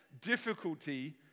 difficulty